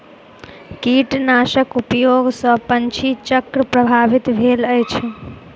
कीटनाशक उपयोग सॅ पंछी चक्र प्रभावित भेल अछि